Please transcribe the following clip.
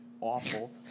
awful